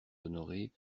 honoré